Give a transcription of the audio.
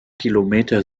kilometer